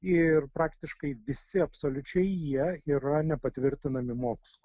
ir praktiškai visi absoliučiai jie yra nepatvirtinami mokslo